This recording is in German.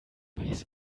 weiß